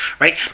right